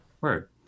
Word